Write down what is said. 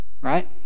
Right